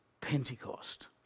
Pentecost